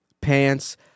pants